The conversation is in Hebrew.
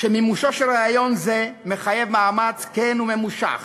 שמימושו של רעיון זה מחייב מאמץ כן וממושך